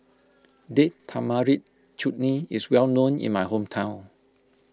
Date Tamarind Chutney is well known in my hometown